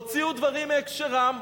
הוציאו דברים מהקשרם,